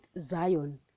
zion